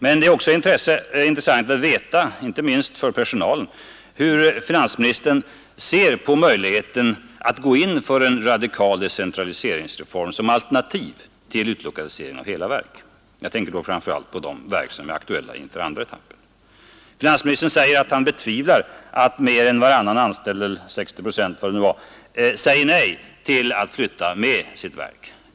Men det är också intressant att veta, inte minst för personalen, hur finansministern ser på möjligheten att gå in för en radikal decentraliseringsreform som alternativ till utlokalisering av hela verk. Jag tänker då framför allt på de verk som är aktuella inför andra etappen. Finansministern säger att han betvivlar att mer än varannan anställd — 60 procent — säger nej till att flytta med sitt verk.